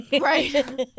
Right